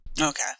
Okay